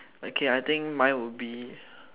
okay I think mine would be